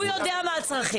הוא יודע מה הצרכים.